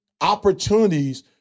Opportunities